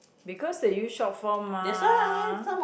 because they use short form mah